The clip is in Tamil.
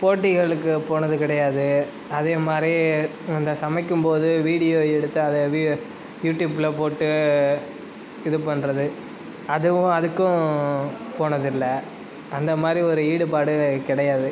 போட்டிகளுக்கு போனது கிடையாது அதே மாதிரி அந்த சமைக்கும் போது வீடியோ எடுத்து அதை யூடியூப்பில் போட்டு இது பண்ணுறது அதுவும் அதுக்கும் போனது இல்லை அந்த மாதிரி ஒரு ஈடுபாடு கிடையாது